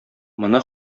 моны